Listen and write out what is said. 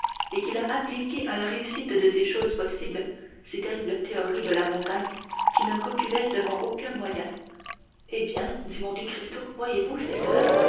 et qu'il a appliqué à la réussite de ces choses possibles ces terribles théories de la montagne qui ne reculaient devant aucun moyen eh bien dit monte cristo voyez-vous c'est cela